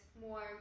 more